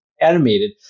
animated